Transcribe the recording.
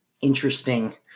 interesting